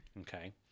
Okay